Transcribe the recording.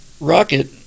Rocket